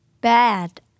bad